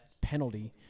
penalty